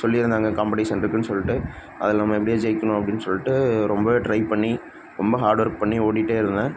சொல்லியிருந்தாங்க காம்பட்டிஷன் இருக்குதுன்னு சொல்லிட்டு அதில் நம்ம எப்படியா ஜெயிக்கணும் அப்படின்னு சொல்லிட்டு ரொம்பவே ட்ரை பண்ணி ரொம்ப ஹார்ட் ஒர்க் பண்ணி ஓடிகிட்டே இருந்தேன்